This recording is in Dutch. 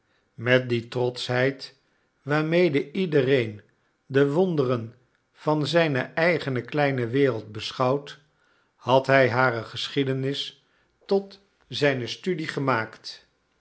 met die trotschheid waarmede iedereen de wonderen van zijne eigene kleine wereld beschouwt had hij hare geschiedenis tot zijne studie gemaakt